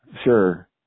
sure